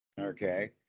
okay